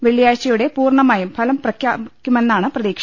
വെള്ളിയാഴ്ചയോടെ പൂർണ മായും ഫലം ലഭ്യമാകുമെന്നാണ് പ്രതീക്ഷ